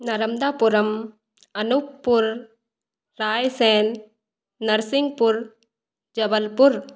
Narmadapuram Anuppur Raisen Narsinghpur Jabalpur